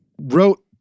wrote